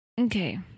Okay